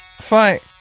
Fight